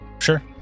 Sure